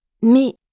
mais